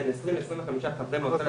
בין 20 ל-25 חברי מועצה,